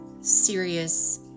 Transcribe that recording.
serious